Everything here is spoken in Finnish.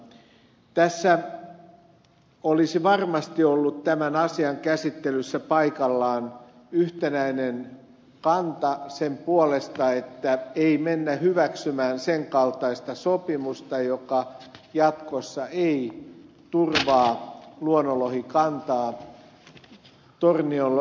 tässä olisi varmasti ollut tämän asian käsittelyssä paikallaan yhtenäinen kanta sen puolesta että ei mennä hyväksymään sen kaltaista sopimusta joka jatkossa ei turvaa luonnonlohikantaa tornionjoessa